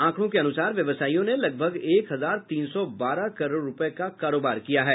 आंकड़ों के अनुसार व्यवसायियों ने लगभग एक हजार तीन सौ बारह करोड़ रूपये का कारोबार किया है